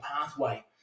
pathway